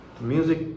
Music